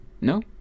No